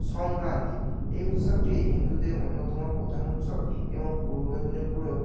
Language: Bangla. সংক্রান্তি এই উৎসবটি হিন্দুদের অন্যতম প্রধান উৎসব এবং পূর্ব মেদিনীপুরেও